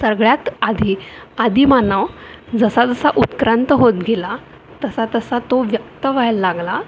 सगळ्यात आधी आदिमानव जसा जसा उत्क्रांत होत गेला तसा तसा तो व्यक्त व्हायला लागला